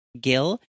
gill